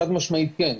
חד משמעית כן,